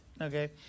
Okay